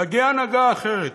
מגיעה הנהגה אחרת.